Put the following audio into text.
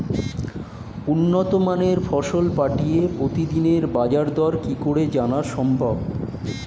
উন্নত মানের ফসল পাঠিয়ে প্রতিদিনের বাজার দর কি করে জানা সম্ভব?